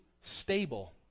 stable